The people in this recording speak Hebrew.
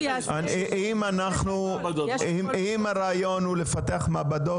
אם הרעיון הוא לפתח מעבדות,